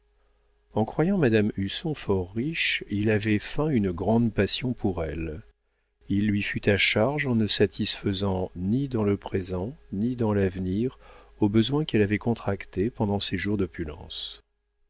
en croyant madame husson fort riche il avait feint une grande passion pour elle il lui fut à charge en ne satisfaisant ni dans le présent ni dans l'avenir aux besoins qu'elle avait contractés pendant ses jours d'opulence